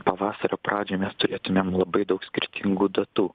pavasario pradžią mes turėtumėm labai daug skirtingų datų